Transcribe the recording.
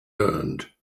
learned